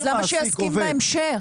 אז למה שיסכים בהמשך?